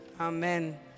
Amen